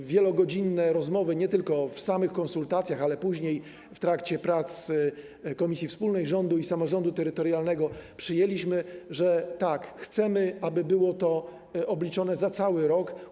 Po wielogodzinnych rozmowach, nie tylko po samych konsultacjach, ale też później, w trakcie prac Komisji Wspólnej Rządu i Samorządu Terytorialnego, przyjęliśmy, że chcemy, aby było to obliczone za cały rok.